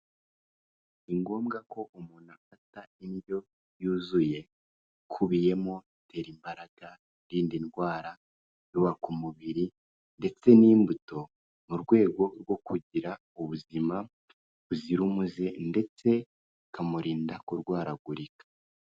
Ni ngombwa ko umuntu afata indyo yuzuye ikubiyemo ibitera imbaraga, ibirinda ndwara, ibyubaka umubiri ndetse n'imbuto mu rwego rwo kugira ubuzima buzira umuze ndetse bikamurinda kurwaragurika.